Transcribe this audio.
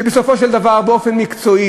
שבסופו של דבר באופן מקצועי,